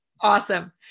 Awesome